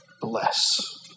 bless